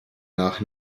nach